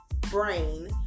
brain